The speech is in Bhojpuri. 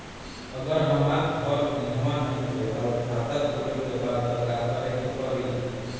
अगर हमार घर इहवा नईखे आउर खाता खोले के बा त का करे के पड़ी?